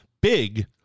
big